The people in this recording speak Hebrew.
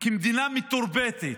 כמדינה מתורבתת,